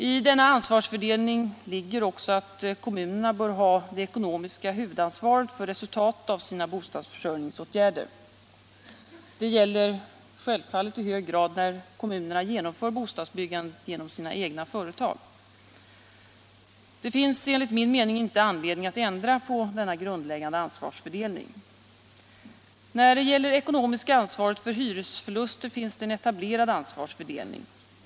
I denna ansvarsfördelning ligger också att kommunerna bör ha det ekonomiska huvudansvaret för resultatet av sina bostadsförsörjningsåtgärder. Det gäller självfallet i hög grad när kommunerna genomför bostadsbyggandet genom sina egna företag. Det finns enligt min mening ingen anledning att ändra på denna grundläggande ansvarsfördelning. När det gäller det ekonomiska ansvaret för hyresförluster finns det en etablerad ansvarsfördelning.